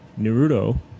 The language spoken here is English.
Naruto